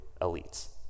elites